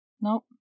Nope